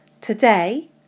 Today